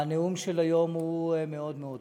הנאום של היום הוא מאוד מאוד קשה,